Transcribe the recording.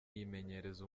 yimenyereza